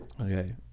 Okay